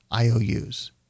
IOUs